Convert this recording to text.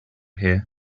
here